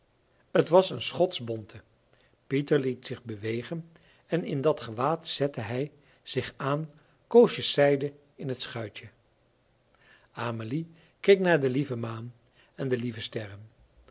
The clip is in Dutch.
het was een schotschbonte pieter liet zich bewegen en in dat gewaad zette hij zich aan koosjes zijde in het schuitje amelie keek naar de lieve maan en de lieve sterren